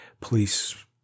police